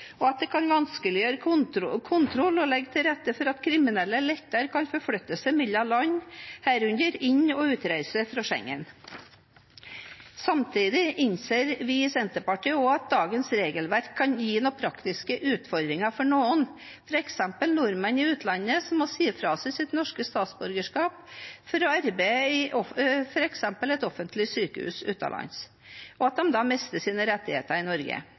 og at det kan vanskeliggjøre kontroll og legge til rette for at kriminelle lettere kan forflytte seg mellom land, herunder reise inn og ut av Schengen. Samtidig innser vi i Senterpartiet òg at dagens regelverk kan gi noen praktiske utfordringer for noen, f.eks. nordmenn i utlandet som må si fra seg sitt norske statsborgerskap for å arbeide i f.eks. et offentlig sykehus utenlands, og som da mister sine rettigheter i Norge.